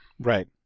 Right